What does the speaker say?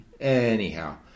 Anyhow